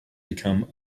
become